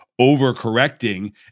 overcorrecting